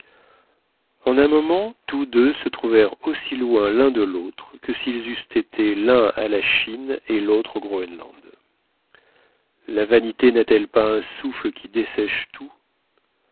en un moment tous deux se trouvèrent aussi loin l'un de l'autre que s'ils eussent été l'un à la chine et l'autre au groënland la vanité n'a-t-elle pas un souffle qui dessèche tout